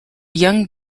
young